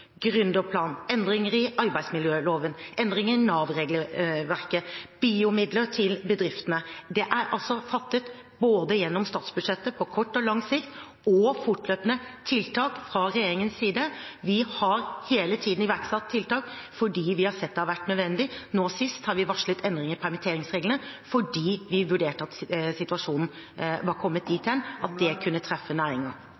endringer i arbeidsmiljøloven, endringer i Nav-regelverket, BIO-midler til bedriftene – det er altså både gjennom statsbudsjettet, på kort og lang sikt, og fortløpende fattet tiltak fra regjeringens side. Vi har hele tiden iverksatt tiltak fordi vi har sett at det har vært nødvendig. Nå sist har vi varslet endringer i permitteringsreglene fordi vi vurderte at situasjonen var kommet